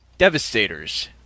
Devastators